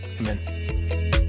amen